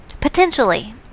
potentially